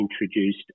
introduced